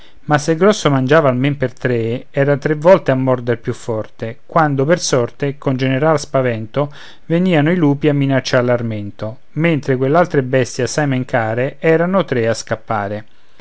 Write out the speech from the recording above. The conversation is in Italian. ma se il grosso mangiava almen per tre era tre volte a mordere più forte quando per sorte con general spavento venìano i lupi a minacciar l'armento mentre quell'altre bestie assai men care erano tre a scappare